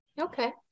Okay